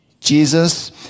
Jesus